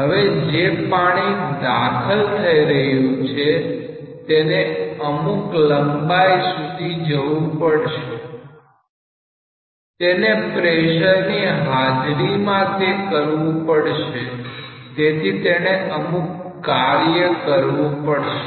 હવે જે પાણી દાખલ થઈ રહ્યું છે તેને અમુક લંબાઈ સુધી જવું પડશે તેને પ્રેશરની હાજરીમાં તે કરવું પડશે તેથી તેણે અમુક કાર્ય કરવું પડશે